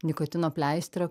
nikotino pleistre